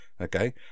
Okay